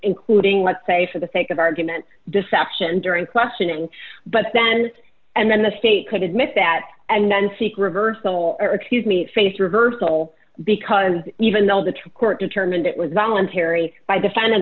including let's say for the sake of argument deception during questioning but then and then the state could admit that and then seek reversal or excuse me face reversal because even though the true court determined it was voluntary by def